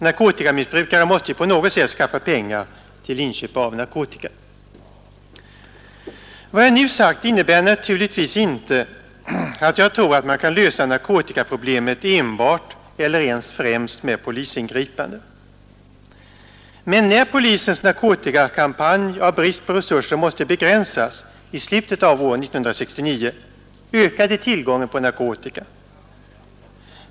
Narkotikamissbrukare måste ju på något sätt skaffa pengar till inköp av narkotika. Vad jag nu sagt innebär naturligtvis inte att jag tror att man kan lösa narkotikaproblemet enbart eller ens främst genom polisingripanden. Men när polisens narkotikakampanj av brist på resurser fick begränsas i slutet av år 1969 ökade tillgången på narkotika.